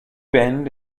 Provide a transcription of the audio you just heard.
bend